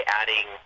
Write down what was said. adding